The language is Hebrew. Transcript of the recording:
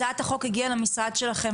הצעת החוק הגיעה למשרד שלכם,